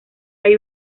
hay